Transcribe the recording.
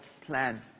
plan